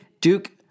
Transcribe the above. Duke